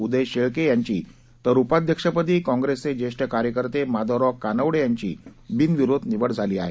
उदय शेळके यांची तर उपाध्यक्षपदी काँप्रेसचे ज्येष्ठ कार्यकर्ते माधवराव कानवडे यांची बिनविरोध निवड झाली आहे